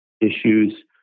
issues